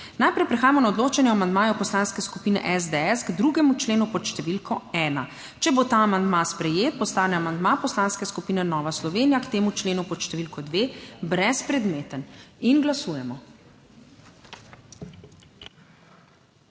Najprej prehajamo na odločanje o amandmaju Poslanske skupine SDS k 2. členu pod številko ena. Če bo ta amandma sprejet, postane amandma Poslanske skupine Nova Slovenija k temu členu pod številko dve brezpredmeten. Glasujemo